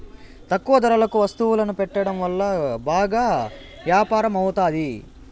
తక్కువ ధరలకు వత్తువులను పెట్టడం వల్ల బాగా యాపారం అవుతాది